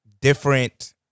different